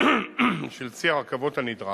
של צי הרכבות הנדרש,